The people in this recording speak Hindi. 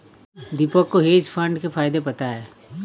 दीपक को हेज फंड के फायदे पता है